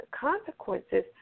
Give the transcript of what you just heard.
consequences